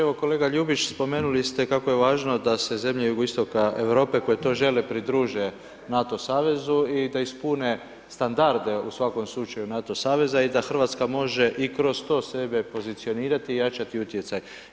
Evo, kolega Ljubić, spomenuli ste kako je važno da se zemlje jugoistoka Europe koje to žele, pridruže NATO savezu i da ispune standarde u svakom slučaju, NATO saveza i da Hrvatska može i kroz to sebe pozicionirati i jačati utjecaj.